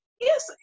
yes